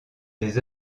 des